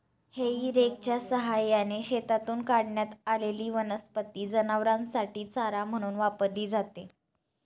हेई रेकच्या सहाय्याने शेतातून काढण्यात आलेली वनस्पती जनावरांसाठी चारा म्हणून वापरली जाते